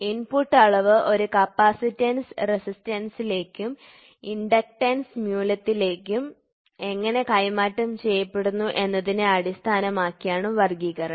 input അളവ് ഒരു capacitance റെസിസ്റ്റൻസിലേക്കും ഇൻഡക്റ്റൻസ് മൂല്യത്തിലേക്കും എങ്ങനെ കൈമാറ്റം ചെയ്യപ്പെടുന്നു എന്നതിനെ അടിസ്ഥാനമാക്കിയാണ് വർഗ്ഗീകരണം